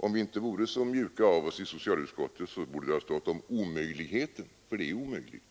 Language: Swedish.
Om vi inte vore så mjuka av oss i socialutskottet borde det ha stått ”om omöjligheten” — för det är omöjligt.